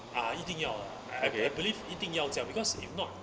ah 一定要 lah I I believe 一定要这样 because if not